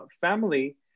family